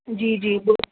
جی جی بول